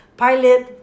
Pilot